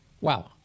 Wow